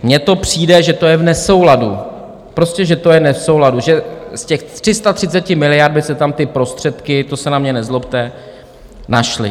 Mně to přijde, že to je v nesouladu, prostě že to je v nesouladu, že z těch 330 miliard by se tam ty prostředky, to se na mě nezlobte, našly.